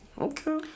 Okay